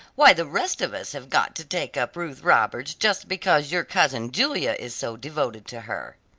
why the rest of us have got to take up ruth roberts just because your cousin julia is so devoted to her.